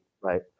right